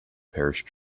parish